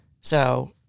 So-